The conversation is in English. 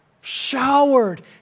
Showered